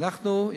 ואנחנו,